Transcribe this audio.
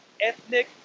ethnic